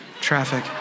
traffic